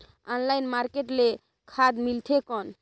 Online market ले खाद मिलथे कौन?